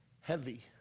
heavy